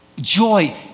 Joy